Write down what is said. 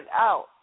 out